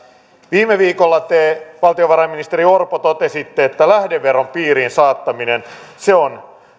viime viikolla te valtiovarainministeri orpo totesitte että lähdeveron piiriin saattaminen on